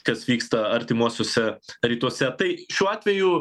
kas vyksta artimuosiuose rytuose tai šiuo atveju